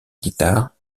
guitare